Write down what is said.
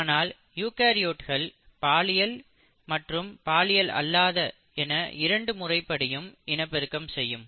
ஆனால் யூகரியோட்கள் பாலியல் செக்ஸ்வல் மற்றும் பாலியல் அல்லாத ஏசெக்ஸ்வல் என இரண்டு முறைப்படியும் இனப்பெருக்கம் செய்யும்